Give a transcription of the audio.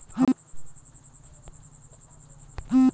हमू केना समझ सके छी की सरकारी सहायता ले सके छी?